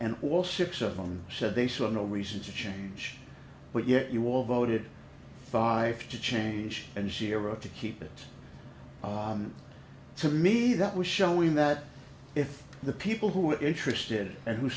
and all six of them said they saw no reason to change but yet you all voted five to change and zero to keep it to me that was showing that if the people who were interested and who